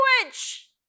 language